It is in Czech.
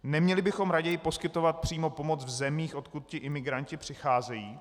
Neměli bychom raději poskytovat přímo pomoc v zemích, odkud ti imigranti přicházejí?